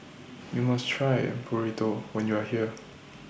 YOU must Try Burrito when YOU Are here